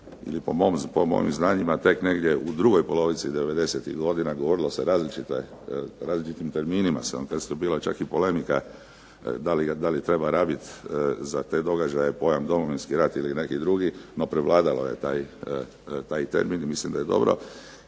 ili po mojim znanjima tek negdje u drugoj polovici devedesetih godina. Govorilo se o različitim terminima, bilo je čak i polemika da li treba rabiti za te događaje pojam Domovinski rat ili neki drugi no prevladao je taj termin i mislim da je dobro.